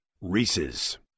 Reese's